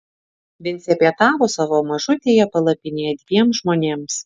vincė pietavo savo mažutėje palapinėje dviem žmonėms